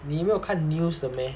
你没有看 news 的 meh